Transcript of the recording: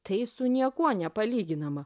tai su niekuo nepalyginama